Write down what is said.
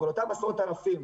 אבל אותם עשרות אלפים,